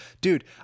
Dude